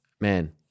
man